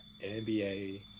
NBA